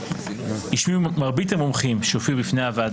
השמיעו מרבית המומחים שהופיעו בפני הוועדה